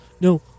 No